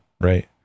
right